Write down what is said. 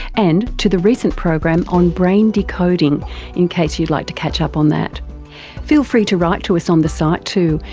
and to the recent program on brain decoding in case you'd like to catch up on that. please feel free to write to us on the site too,